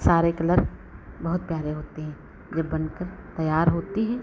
सारे कलर बहुत प्यारे होते हैं बनकर तैयार होते हैं